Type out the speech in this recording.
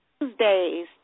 Tuesdays